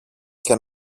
και